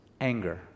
anger